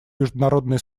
международные